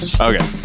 Okay